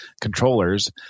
controllers